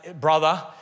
brother